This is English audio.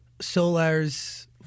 solar's